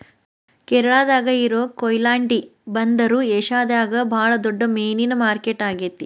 ಕೇರಳಾದಾಗ ಇರೋ ಕೊಯಿಲಾಂಡಿ ಬಂದರು ಏಷ್ಯಾದಾಗ ಬಾಳ ದೊಡ್ಡ ಮೇನಿನ ಮಾರ್ಕೆಟ್ ಆಗೇತಿ